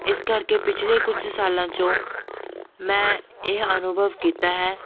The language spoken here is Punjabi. ਇਸ ਕਰਕੇ ਪਿਛਲੇ ਕੁਝ ਸਾਲਾਂ 'ਚੋਂ ਮੈਂ ਇਹ ਅਨੁਭਵ ਕੀਤਾ ਹੈ